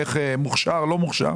איך מוכשר ולא מוכשר,